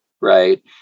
right